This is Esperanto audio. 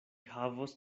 havos